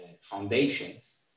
foundations